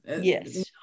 Yes